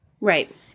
right